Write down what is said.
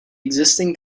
existing